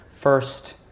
first